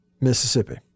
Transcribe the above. Mississippi